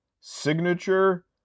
Signature